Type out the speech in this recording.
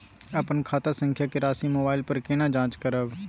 अपन खाता संख्या के राशि मोबाइल पर केना जाँच करब?